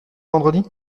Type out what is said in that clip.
vendredi